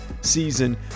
season